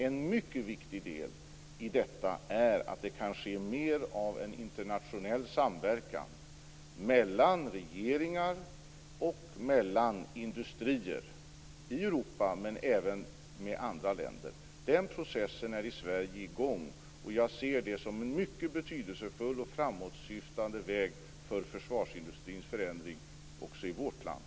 En mycket viktig del i detta är att det kan ske mer av en internationell samverkan mellan regeringar och mellan industrier i Europa, men även i andra länder. Den processen är i gång i Sverige. Jag ser det som en mycket betydelsefull och framåtsyftande väg för försvarsindustrins förändring också i vårt land.